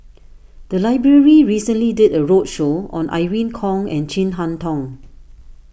the library recently did a roadshow on Irene Khong and Chin Harn Tong